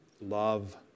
love